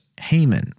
Haman